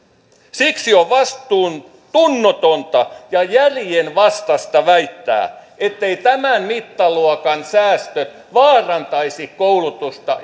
siksi on vastuuntunnotonta ja järjenvastaista väittää etteivät tämän mittaluokan säästöt vaarantaisi koulutusta